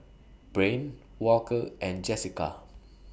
Brain Walker and Jessika